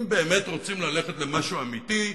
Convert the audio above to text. אם באמת רוצים ללכת למשהו אמיתי,